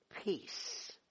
peace